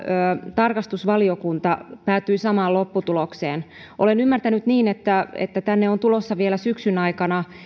tarkastusvaliokunta päätyi samaan lopputulokseen olen ymmärtänyt niin että että tänne on tulossa vielä syksyn aikana